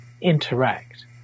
interact